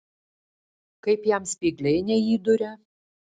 kaip jam spygliai neįduria